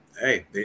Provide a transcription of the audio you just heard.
hey